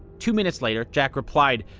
two minutes later, jack replied,